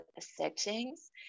settings